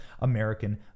American